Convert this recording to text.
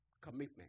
Commitment